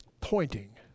pointing